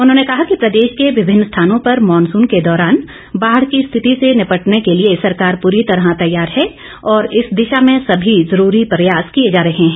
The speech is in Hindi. उन्होंने कहा कि प्रदेश के विभिन्न स्थानों पर मॉनसन के दौरान बाढ की स्थिति से निपटने के लिए सरकार पूरी तरह तैयार है और इस दिशा में सभी जरूरी प्रयास किए जा रहे हैं